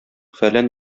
фәлән